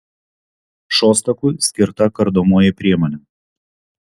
šostakui skirta kardomoji priemonė